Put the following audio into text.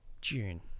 June